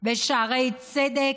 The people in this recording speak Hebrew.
בשערי צדק,